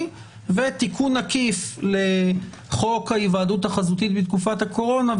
ותיקון עקיף לחוק ההיוועדות החזיתית בתקופת הקורונה,